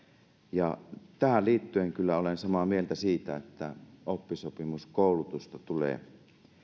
ja tähän liittyen olen kyllä samaa mieltä siitä että oppisopimuskoulutusta tulee